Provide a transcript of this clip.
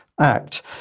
Act